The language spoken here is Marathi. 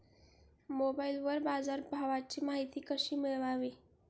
मोबाइलवर बाजारभावाची माहिती कशी मिळवावी?